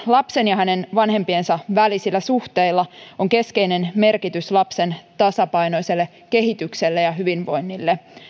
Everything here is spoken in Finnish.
lapsen ja hänen vanhempiensa välisillä suhteilla on keskeinen merkitys lapsen tasapainoiselle kehitykselle ja hyvinvoinnille